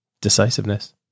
Decisiveness